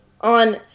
On